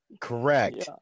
Correct